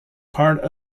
part